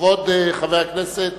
כבוד חבר הכנסת